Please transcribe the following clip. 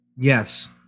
Yes